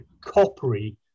coppery